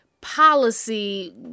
policy